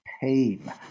pain